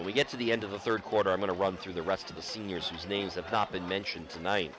and we get to the end of the third quarter i'm going to run through the rest of the seniors use names of cop and mention tonight